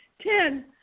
Ten